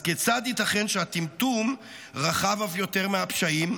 אז כיצד ייתכן שהטמטום רחב אף יותר מהפשעים?